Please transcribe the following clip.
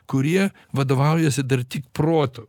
kurie vadovaujasi tik protu